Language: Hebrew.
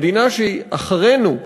המדינה הגרועה שאחרינו,